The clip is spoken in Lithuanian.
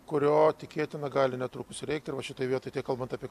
kurio tikėtina gali netrukus ir reikti ir va šitoj vietoj tiek kalbant apie